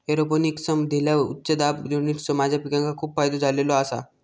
एरोपोनिक्समधील्या उच्च दाब युनिट्सचो माझ्या पिकांका खूप फायदो झालेलो आसा